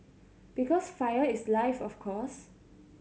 because fire is life of course